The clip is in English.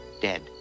dead